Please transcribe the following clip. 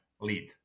lead